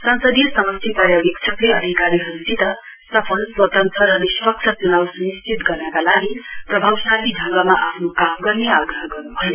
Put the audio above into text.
संसदीय समष्टि पर्यावेक्षकले अधिकारीहरूसित सफल स्वतन्त्र र निष्पक्ष चुनाउ सुनिश्चित गर्नका लागि प्रभावशाली ढङ्गमा आफ्नो काम गर्ने आग्रह गर्न्भयो